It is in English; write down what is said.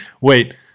wait